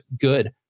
good